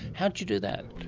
how did you do that?